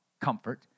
comfort